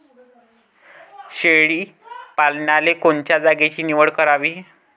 शेळी पालनाले कोनच्या जागेची निवड करावी?